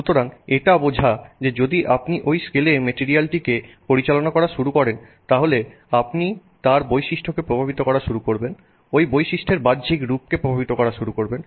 সুতরাং এটা বোঝা যে যদি আপনি ওই স্কেলে মেটেরিয়াল টি কে পরিচালনা করা শুরু করেন তাহলে আপনি তার বৈশিষ্ট্য কে প্রভাবিত করা শুরু করবেন ওই বৈশিষ্ট্যের বাহ্যিক রূপ কে প্রভাবিত করা শুরু করবেন